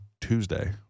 Tuesday